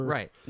Right